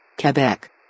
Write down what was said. Quebec